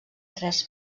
tres